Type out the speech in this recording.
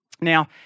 Now